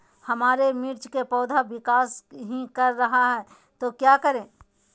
हमारे मिर्च कि पौधा विकास ही कर रहा है तो क्या करे?